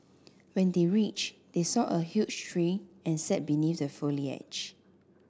when they reached they saw a huge tree and sat beneath the foliage